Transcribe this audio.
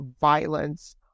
violence